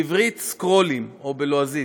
ובעברית "סקרולים" או בלועזית,